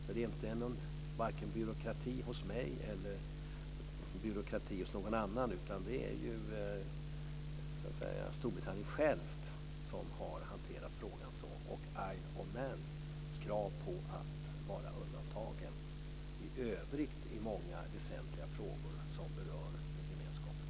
Så det beror varken på byråkrati hos mig eller byråkrati hos någon annan, utan det är Storbritannien självt som har hanterat frågan på det här sättet att Isle of Man har blivit undantaget i övrigt när det gäller många väsentliga frågor som berör gemenskapen.